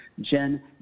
Jen